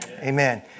Amen